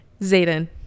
zayden